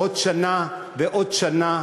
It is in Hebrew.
עוד שנה ועוד שנה,